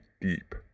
deep